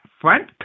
front